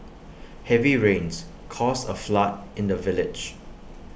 heavy rains caused A flood in the village